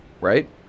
right